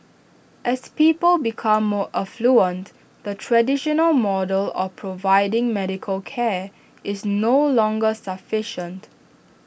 as people become more affluent the traditional model of providing medical care is no longer sufficient